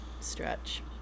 stretch